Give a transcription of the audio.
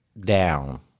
down